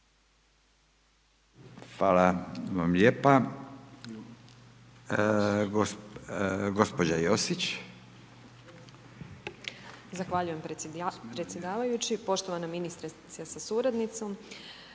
Hvala vam lijepa. Gospođa Josić. **Josić, Željka (HDZ)** Zahvaljujem predsjedavajući. Poštovana ministrice sa suradnicom.